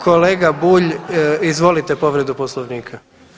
Kolega Bulj, izvolite povredu Poslovnika.